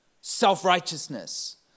Self-righteousness